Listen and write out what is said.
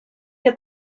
que